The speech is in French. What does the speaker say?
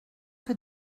que